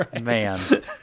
man